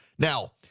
Now